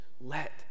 let